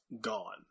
gone